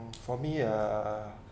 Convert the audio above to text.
for me uh